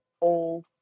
old